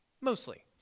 mostly